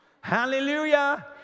Hallelujah